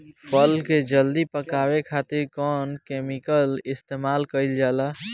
फल के जल्दी पकावे खातिर कौन केमिकल इस्तेमाल कईल जाला?